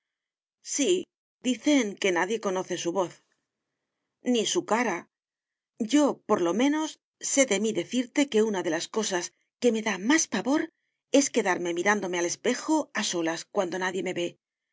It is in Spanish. sí dicen que nadie conoce su voz ni su cara yo por lo menos sé de mí decirte que una de las cosas que me da más pavor es quedarme mirándome al espejo a solas cuando nadie me ve